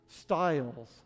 styles